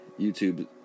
YouTube